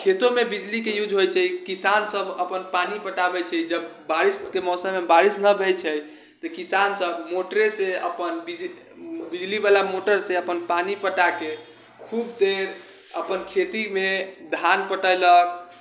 खेतोमे बिजलीके यूज होइ छै किसानसब अपन पानी पटाबै छै जब बारिशके मौसममे बारिश नहि होइ छै तऽ किसानसब मोटरेसँ अपन बिजलीवला मोटरसँ अपन पानी पटाके खूब देर अपन खेतीमे धान पटेलक